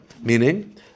meaning